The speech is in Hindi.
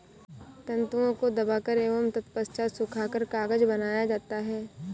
तन्तुओं को दबाकर एवं तत्पश्चात सुखाकर कागज बनाया जाता है